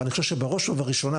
ואני חושב שבראש ובראשונה,